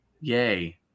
Yay